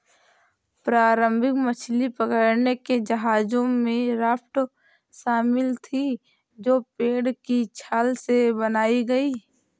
प्रारंभिक मछली पकड़ने के जहाजों में राफ्ट शामिल थीं जो पेड़ की छाल से बनाई गई